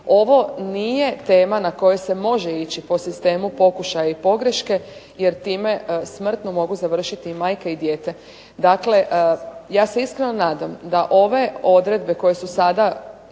Ovo nije tema na kojoj se može ići po sistemu pokušaja i pogreške jer time smrtno mogu završiti i majka i dijete. Dakle, ja se iskreno nadam da ove odredbe koje su sada,